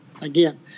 Again